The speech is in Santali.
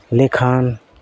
ᱞᱮᱠᱷᱟᱱ